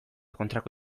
kontrako